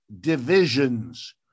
divisions